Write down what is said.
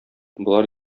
болар